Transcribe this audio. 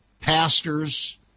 pastors